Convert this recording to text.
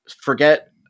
forget